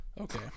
Okay